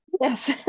Yes